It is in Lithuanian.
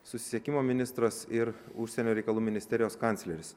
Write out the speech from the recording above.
susisiekimo ministras ir užsienio reikalų ministerijos kancleris